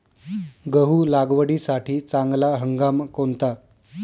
गहू लागवडीसाठी चांगला हंगाम कोणता?